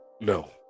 no